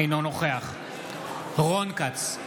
אינו נוכח רון כץ,